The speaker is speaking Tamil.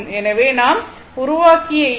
எனவே நாம் உருவாக்கிய ஈ